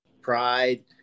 pride